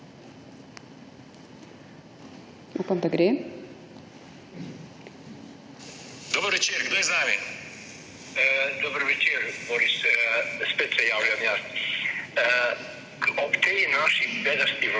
»-Dober večer, kdo je z nami? -Dober večer, Boris, spet se javljam jaz. Ob tej naši bedasti vladi,